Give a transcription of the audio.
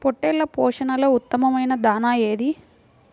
పొట్టెళ్ల పోషణలో ఉత్తమమైన దాణా ఏది?